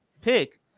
pick